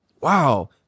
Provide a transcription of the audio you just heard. wow